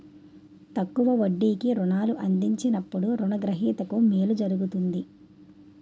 తక్కువ వడ్డీకి రుణాలు అందించినప్పుడు రుణ గ్రహీతకు మేలు జరుగుతుంది